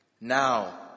Now